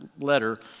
letter